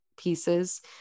pieces